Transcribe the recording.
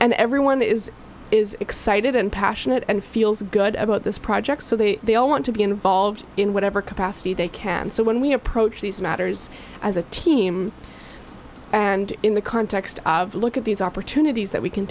and everyone is excited and passionate and feels good about this project so they they all want to be involved in whatever capacity they can so when we approach these matters as a team and in the context of look at these opportunities that we can